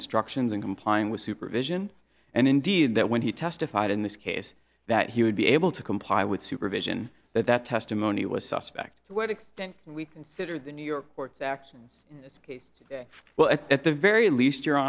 instructions in complying with supervision and indeed that when he testified in this case that he would be able to comply with supervision that that testimony was suspect to what extent we consider the new york court saxon's in its case well at the very least your